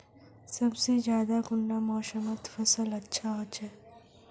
सबसे ज्यादा कुंडा मोसमोत फसल अच्छा होचे?